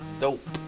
dope